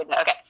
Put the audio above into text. Okay